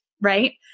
right